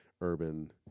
urban